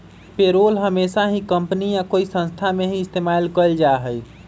payroll हमेशा ही company या कोई संस्था में ही इस्तेमाल कइल जाहई